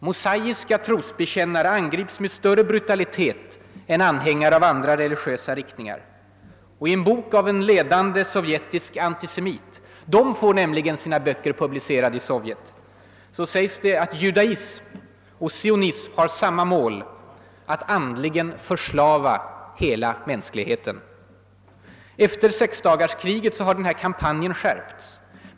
Mosaiska trosbekännare angrips med större brutalitet än anhängare av andra religiösa riktningar. I en bok av en ledande sovjetisk antisemit — de får sina böcker publicerade i Sovjet! — sägs det att judaism och sionism har samma mål: att andligen »förslava hela mänskligheten». Efter sexdagarskriget har kampanjen skärpts.